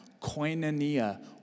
koinonia